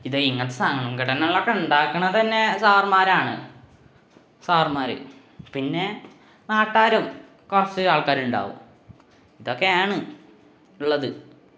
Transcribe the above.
ഇത് ഇങ്ങനത്തെ സംഘടനകളൊക്കെ ഉണ്ടാക്കണതു തന്നെ സാറുമ്മാരാണ് സാറുമ്മാർ പിന്നെ നാട്ടുകാരും കുറച്ച് ആള്ക്കാരുണ്ടാകും ഇതൊക്കെയാണ് ഉള്ളത്